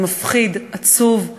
זה מפחיד, עצוב.